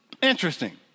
Interesting